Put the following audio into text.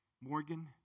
Morgan